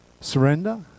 surrender